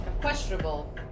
questionable